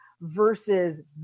versus